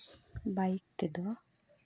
bike ᱛᱮᱫᱚ